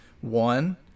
One